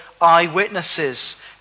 eyewitnesses